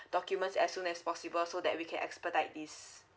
documents as soon as possible so that we can expedite this